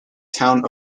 town